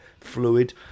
fluid